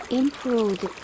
improved